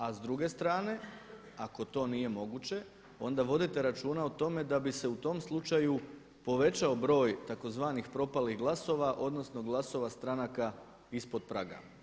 A s druge strane ako to nije moguće onda vodite računa o tome da bi se u tom slučaju povećao broj tzv. propalih glasova, odnosno glasova stranka ispod praga.